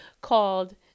called